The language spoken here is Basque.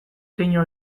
keinu